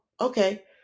okay